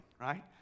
right